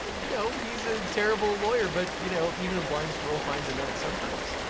ah you know, he's a terrible lawyer, but you know even a blind squirrel finds a nut sometimes.